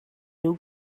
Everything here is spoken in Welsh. nhw